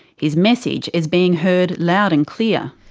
his message is being heard loud and clear.